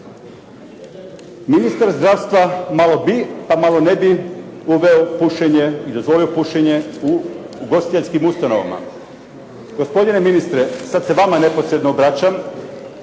Ministar zdravstva malo bi, pa malo ne bi uveo pušenje i dozvolio pušenje u ugostiteljskim ustanovama. Gospodine ministre, sad se vama neposredno obraćam.